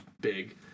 big